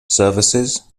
services